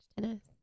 tennis